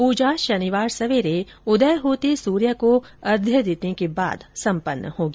प्रजा शनिवार सवेरे उदय होते सूर्य को अर्घ्य देने के बाद संपन्न होगी